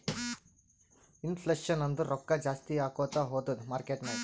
inflation ಅಂದುರ್ ರೊಕ್ಕಾ ಜಾಸ್ತಿ ಆಕೋತಾ ಹೊತ್ತುದ್ ಮಾರ್ಕೆಟ್ ನಾಗ್